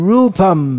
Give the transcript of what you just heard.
Rupam